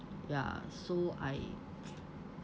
ya so I